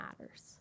matters